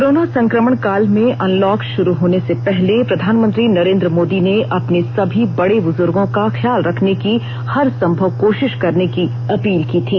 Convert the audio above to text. corona संक्रमण काल में अनलॉक शुरू होने से पहले प्रधानमंत्री नरेंद्र मोदी ने अपने सभी बड़े ब्रजुर्गो का ख्याल रखने की हरसंभव कोशिश करने की अपील की थी